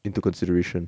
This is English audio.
into consideration